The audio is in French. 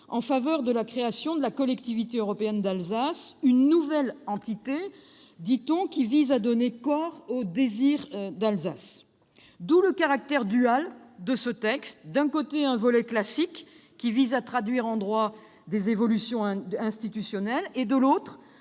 en faveur de la création de la Collectivité européenne d'Alsace. Cette nouvelle entité vise, dit-on, à donner corps au « désir d'Alsace ». D'où le caractère dual de ce texte : d'un côté, un volet classique, qui vise à traduire en droit des évolutions institutionnelles ; de l'autre,